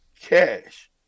cash